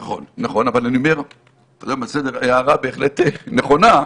נכון, הערה בהחלט נכונה.